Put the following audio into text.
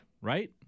right